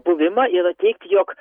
buvimą yra teigti jog